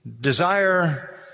desire